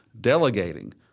delegating